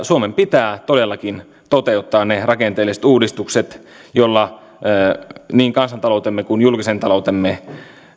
suomen pitää todellakin toteuttaa ne rakenteelliset uudistukset joilla niin kansantaloutemme kuin julkisen taloutemme